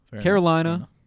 Carolina